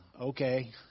okay